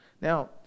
Now